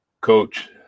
Coach